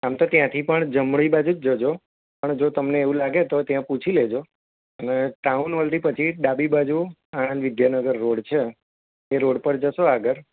આમ તો ત્યાંથી પણ જમણી બાજુ જ જજો પણ જો તમને એવું લાગે તો ત્યાં પૂછી લેજો અને ટાઉન હોલથી પછી ડાબી બાજુ આણંદ વિદ્યાનગર રોડ છે એ રોડ પર જશો આગળ